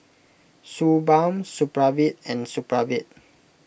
Suu Balm Supravit and Supravit